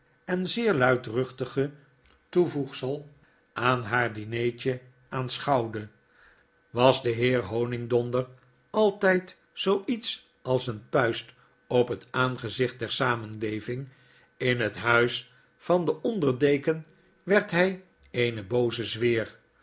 groote enzeer luidruchtige toevoegsel aan haar dinertje aanschouwde was de heer honigdonder altjjd zoo iets als een puist op het aangezicht der samenleving in het huis van den onder deken werd hy eene booze